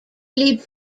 lee